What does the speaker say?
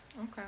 Okay